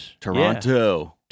Toronto